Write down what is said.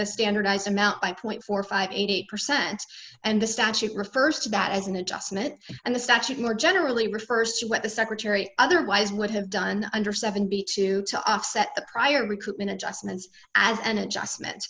the standardized amount by point four hundred and fifty eight percent and the statute refers to that as an adjustment and the statute more generally refers to what the secretary otherwise would have done under seventy two to offset the prior recruitment adjustments as an adjustment